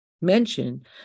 mention